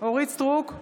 אורית מלכה סטרוק,